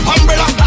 Umbrella